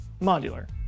modular